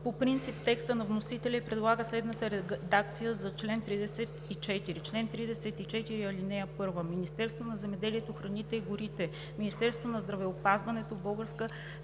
по принцип текста на вносителя и предлага следната редакция на чл. 34: „Чл. 34. (1) Министерството на земеделието, храните и горите, Министерството на здравеопазването, Българската